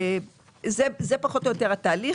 זה פחות או יותר התהליך.